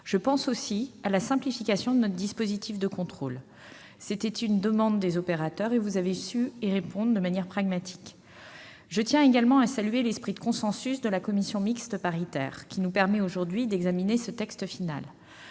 Je pense aussi à la simplification de notre dispositif de contrôle ; c'était une demande des opérateurs et vous avez su y répondre de manière pragmatique. Je tiens également à saluer l'esprit de consensus de la commission mute paritaire, grâce auquel nous pouvons aujourd'hui examiner ce texte final.